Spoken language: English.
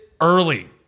early